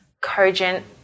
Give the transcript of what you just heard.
Cogent